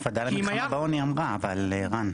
הועדה למלחמה בעוני אמרה, רן.